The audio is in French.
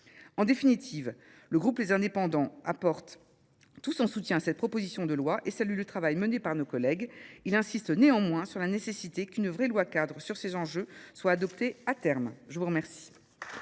En définitive, le groupe Les Indépendants apporte tout son soutien à cette proposition de loi et salue le travail mené par nos collègues. Il insiste néanmoins sur la nécessité qu'une vraie loi cadre sur ces enjeux soit adoptée à terme. Je vous remercie.